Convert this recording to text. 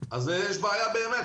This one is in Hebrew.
אז יש בעיה באמת.